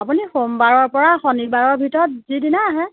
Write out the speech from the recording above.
আপুনি সোমবাৰৰ পৰা শনিবাৰৰ ভিতৰত যিদিনাই আহে